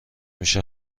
میشه